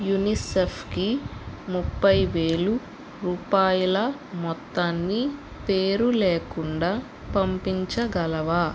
యునిసెఫ్కి ముప్పై వేల రూపాయల మొత్తాన్ని పేరులేకుండా పంపించగలవా